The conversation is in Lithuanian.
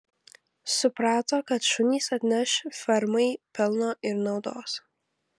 suprato kad šunys atneš fermai pelno ir naudos